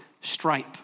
stripe